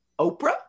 Oprah